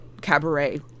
Cabaret